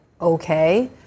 Okay